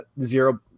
zero